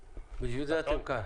בשביל זה אתם כאן.